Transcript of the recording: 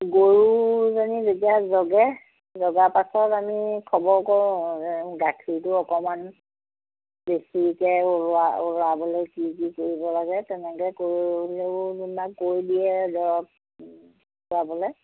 গৰুজনী যেতিয়া জগে জগাৰ পাছত আমি খবৰ কৰোঁ গাখীৰটো অকণমান বেছিকৈ ওলোৱা ওলাবলৈ কি কৰিব লাগে তেনেকৈ কৰিলেও আমাক কৈ দিয়ে দৰৱ খোৱাবলৈ